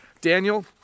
Daniel